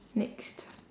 next